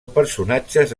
personatges